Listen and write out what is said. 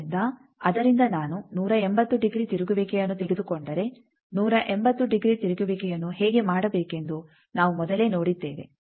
ಆದ್ದರಿಂದ ಅದರಿಂದ ನಾನು 180 ಡಿಗ್ರಿ ತಿರುಗುವಿಕೆಯನ್ನು ತೆಗೆದುಕೊಂಡರೆ 180 ಡಿಗ್ರಿ ತಿರುಗುವಿಕೆಯನ್ನು ಹೇಗೆ ಮಾಡಬೇಕೆಂದು ನಾವು ಮೊದಲೇ ನೋಡಿದ್ದೇವೆ